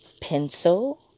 Pencil